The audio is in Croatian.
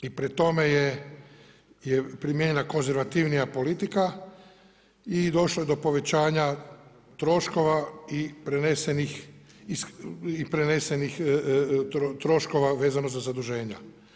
I pri tome je primijenjena konzervativnija politika i došlo je do povećanja troškova i prenesenih troškova vezano za zaduženja.